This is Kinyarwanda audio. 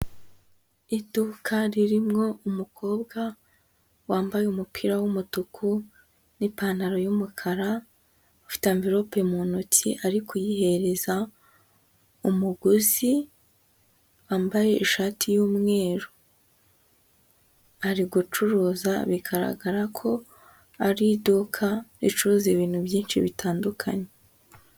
Iduka ririmo umukobwa wambaye umupira w'umutuku n'ipantaro y'umukara, ufite amvelope mu ntoki ariko yihereza umuguzi, wambaye ishati y'umweru, ari gucuruza bigaragara ko ari iduka ricuruza ibintu byinshi bitandukanye.